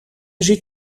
zit